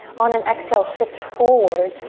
on an exhale, shift forward.